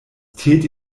täte